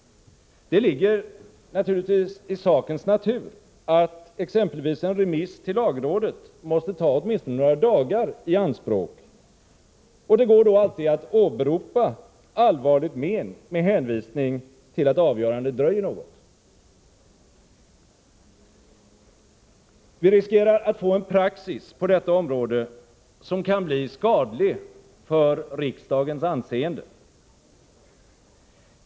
Det ligger naturligtvis i sakens natur att exempelvis en remiss till lagrådet måste ta åtminstone några dagar i anspråk. Det går då alltid att åberopa allvarligt men med hänvisning till att avgörandet dröjer något. Vi riskerar att få en praxis på detta område, som kan bli skadlig för riksdagens anseende.